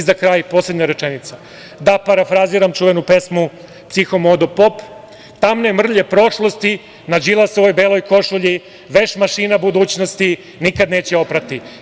Za kraj, poslednja rečenica, da parafraziram čuvenu pesmu Psihomodo pop - tamne mrlje prošlosti na Đilasovoj beloj košulji, veš mašina budućnosti nikad neće oprati.